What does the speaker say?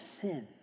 sin